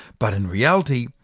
but in reality,